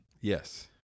Yes